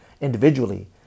individually